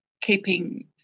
keeping